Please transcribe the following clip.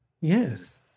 Yes